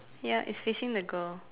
ya it's facing the girl